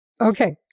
Okay